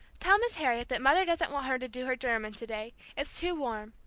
tell miss harriet that mother doesn't want her to do her german to-day, it's too warm.